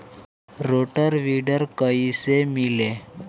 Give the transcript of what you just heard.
Rotor weeder कईसे मिले?